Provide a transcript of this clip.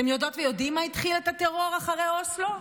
אתם יודעות ויודעים מה התחיל הטרור אחרי אוסלו?